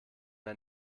der